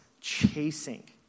chasing